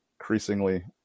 increasingly